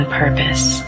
purpose